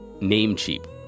Namecheap